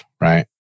right